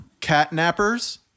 catnappers